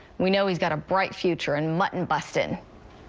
we know he's got a bright future in mutton busting.